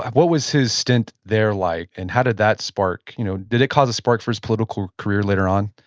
what was his stint there like, and how did that spark, you know did it cause a spark for his political career later on?